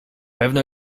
pewno